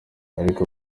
ariko